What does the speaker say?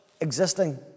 existing